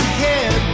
head